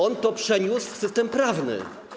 On to przeniósł w system prawny.